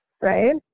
right